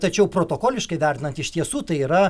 tačiau protokoliškai vertinant iš tiesų tai yra